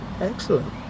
Excellent